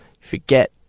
forget